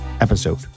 episode